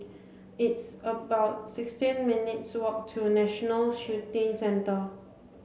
it's about sixteen minutes' walk to National Shooting Centre